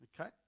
Okay